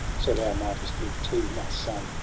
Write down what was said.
so thou mightest live too, my son,